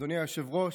אדוני היושב-ראש,